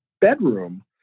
bedroom